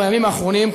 בימים האחרונים,